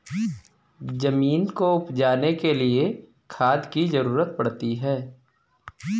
ज़मीन को उपजाने के लिए खाद की ज़रूरत पड़ती है